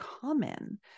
common